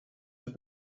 have